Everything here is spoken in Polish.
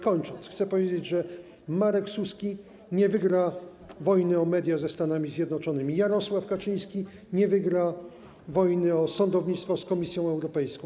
Kończąc, chcę powiedzieć, że Marek Suski nie wygra wojny o media ze Stanami Zjednoczonymi, Jarosław Kaczyński nie wygra wojny o sądownictwo z Komisją Europejską.